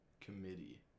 committee